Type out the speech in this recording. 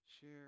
Share